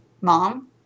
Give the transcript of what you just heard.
mom